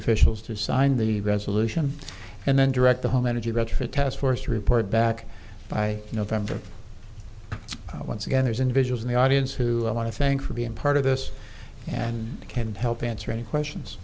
officials to sign the resolution and then direct the home energy retrofit task force report back by november once again there's individuals in the audience who i want to thank for being part of this and can help answer any questions